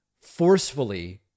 forcefully